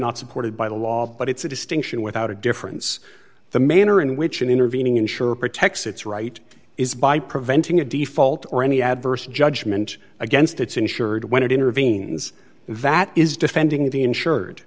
not supported by the law but it's a distinction without a difference the manner in which an intervening insurer protects its right is by preventing a default or any adverse judgment against its insured when it intervenes that is defending the insured